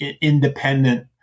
independent